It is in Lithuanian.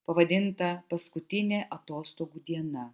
pavadinta paskutinė atostogų diena